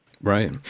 Right